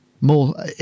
more